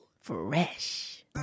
Fresh